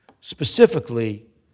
Specifically